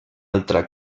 altra